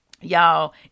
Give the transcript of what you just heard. Y'all